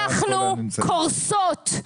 אנחנו קורסות.